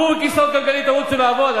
קומו מכיסאות הגלגלים ותרוצו לעבוד.